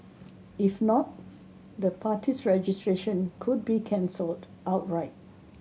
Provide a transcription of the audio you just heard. if not the party's registration could be cancelled outright